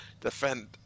defend